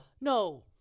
No